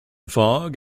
fog